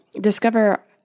discover